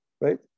Right